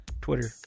Twitter